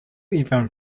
even